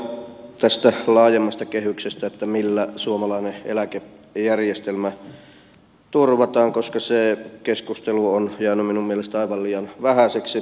vielä tästä laajemmasta kehyksestä siitä millä suomalainen eläkejärjestelmä turvataan koska se keskustelu on jäänyt minun mielestä aivan liian vähäiseksi